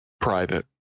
private